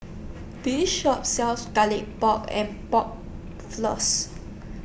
This Shop sells Garlic Pork and Pork Floss